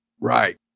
Right